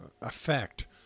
effect